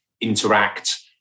interact